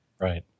Right